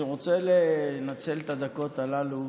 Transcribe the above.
אני רוצה לנצל את הדקות הללו